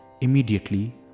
immediately